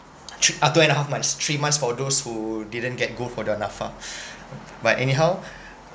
three uh two and a half months three months for those who didn't get go for the NAPFA but anyhow